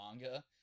manga